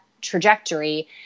trajectory